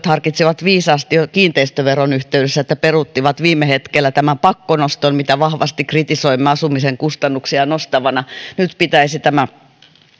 harkitsivat viisaasti jo kiinteistöveron yhteydessä että peruuttivat viime hetkellä tämän pakkonoston mitä vahvasti kritisoimme asumisen kustannuksia nostavana nyt pitäisi tämä